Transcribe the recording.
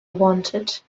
wanted